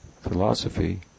philosophy